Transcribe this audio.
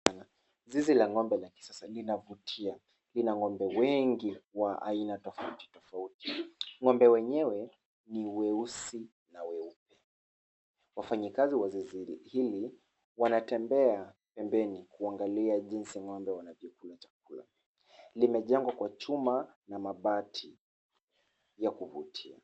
Zizi la ng'ombe la kisasa linavutia. Lina ng'ombe wengi wa aina tofauti tofauti. Ng'ombe wenyewe ni weusi na weupe. Wafanyikazi wa zizi hili wanatembea pembeni kuangalia jinsi ng'ombe wanavyokula chakula. Limejengwa kwa chuma na mabati ya kuvutia.